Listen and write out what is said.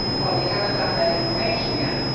but we haven't gotten that information yet.